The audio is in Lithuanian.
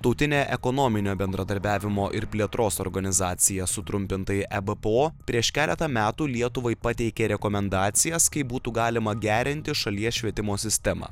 tautinė ekonominio bendradarbiavimo ir plėtros organizacija sutrumpintai ebpo prieš keletą metų lietuvai pateikė rekomendacijas kaip būtų galima gerinti šalies švietimo sistemą